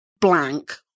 blank